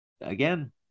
again